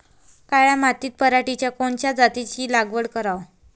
काळ्या मातीत पराटीच्या कोनच्या जातीची लागवड कराव?